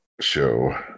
show